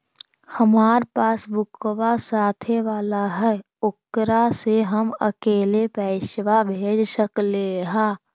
हमार पासबुकवा साथे वाला है ओकरा से हम अकेले पैसावा भेज सकलेहा?